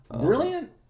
brilliant